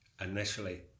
initially